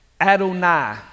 Adonai